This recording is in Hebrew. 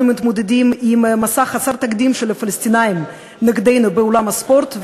אנחנו מתמודדים עם מסע חסר תקדים של הפלסטינים נגדנו בעולם הספורט,